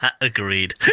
Agreed